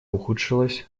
ухудшилась